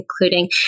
including